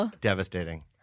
Devastating